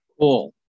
Cool